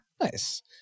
nice